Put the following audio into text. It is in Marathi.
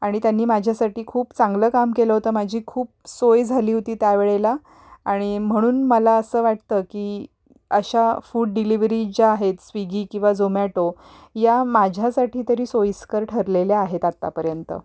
आणि त्यांनी माझ्यासाठी खूप चांगलं काम केलं होतं माझी खूप सोय झाली होती त्या वेळेला आणि म्हणून मला असं वाटतं की अशा फूड डिलिव्हरी ज्या आहेत स्विगी किंवा झोमॅटो या माझ्यासाठी तरी सोयीस्कर ठरलेल्या आहेत आत्तापर्यंत